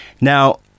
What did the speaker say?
Now